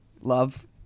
Love